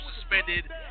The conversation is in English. suspended